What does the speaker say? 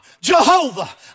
Jehovah